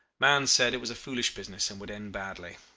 mahon said it was a foolish business, and would end badly.